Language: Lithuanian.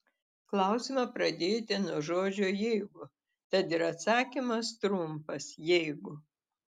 klausimą pradėjote nuo žodžio jeigu tad ir atsakymas trumpas jeigu